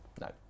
No